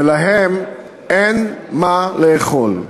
ולהם אין מה לאכול.